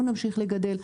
לא נמשיך לגדל.